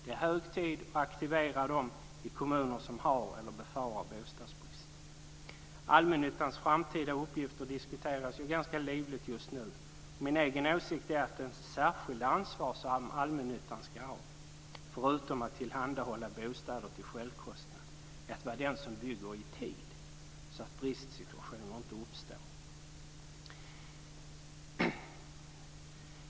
Det är hög tid att aktivera dem i de kommuner som har eller befarar bostadsbrist. Allmännyttans framtida uppgifter diskuteras ju ganska livligt just nu, och min åsikt är att det särskilda ansvar som allmännyttan ska ha, förutom att tillhandahålla bostäder till självkostnadspris, är att vara den som bygger i tid så att bristsituationer inte uppstår.